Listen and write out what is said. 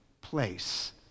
place